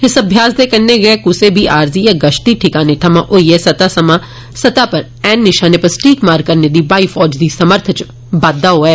इस अभ्यास दे कन्नै गै कुसै बी आरजी या गश्ती ठकाने थमां होइयै सतह थमां सतह पर ऐन नशाने पर स्टीक मार करने दी ब्हाई फौज दी समर्थ च बाद्दा होआ ऐ